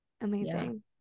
amazing